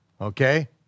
okay